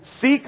Seek